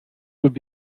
would